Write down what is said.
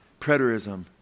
preterism